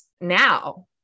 now